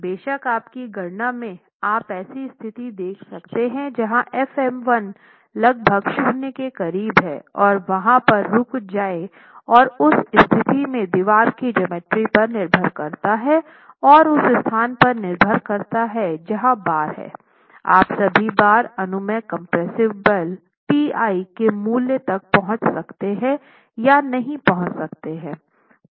बेशक अपनी गणना में आप ऐसी स्थिति देख सकते हैं जहां fm 1 लगभग शून्य के करीब है और वहां पर रुक जाएं और उस स्थिति में दीवार की ज्योमेट्री पर निर्भर करता है और उस स्थान पर निर्भर करता है जहां बार हैं सभी बार अनुमेय कम्प्रेसिव बल T i के मूल्य तक पहुंच सकते हैं या नहीं पहुंच सकते हैं